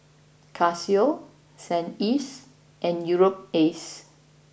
Casio San Ives and Europace